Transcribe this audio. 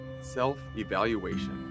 self-evaluation